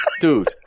Dude